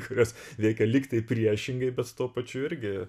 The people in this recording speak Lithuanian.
kurios veikia lyg tai priešingai bet tuo pačiu irgi